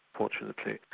fortunately.